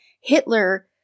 Hitler